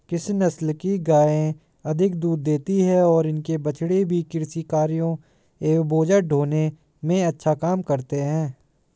किस नस्ल की गायें अधिक दूध देती हैं और इनके बछड़े भी कृषि कार्यों एवं बोझा ढोने में अच्छा काम करते हैं?